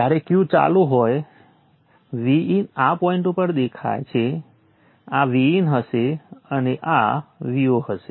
જ્યારે Q ચાલુ હોય Vin આ પોઈન્ટ ઉપર દેખાય છે આ Vin હશે અને આ Vo હશે